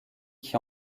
qui